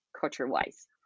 culture-wise